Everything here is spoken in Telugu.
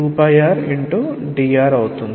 dr అవుతుంది